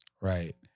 Right